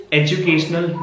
educational